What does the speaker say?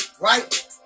Right